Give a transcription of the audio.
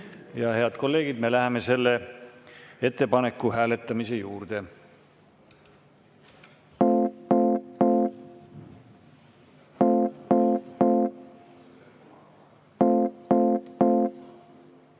Head kolleegid, me läheme selle ettepaneku hääletamise juurde.